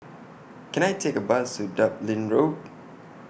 Can I Take A Bus to Dublin Road